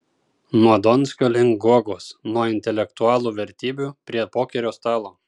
nuo donskio link guogos nuo intelektualų vertybių prie pokerio stalo